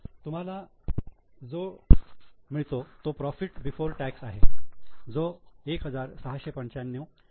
तुम्हाला जो मिळते तो प्रॉफिट बिफोर टॅक्स आहे जो 1695 इतका आहे